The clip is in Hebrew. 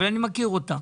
אבל אני מכיר אותה.